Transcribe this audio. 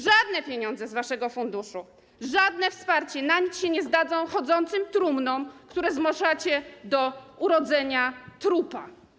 Żadne pieniądze z waszego funduszu, żadne wsparcie na nic się nie zdadzą chodzącym trumnom, które zmuszacie do urodzenia trupa.